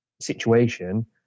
situation